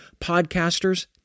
podcasters